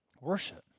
Worship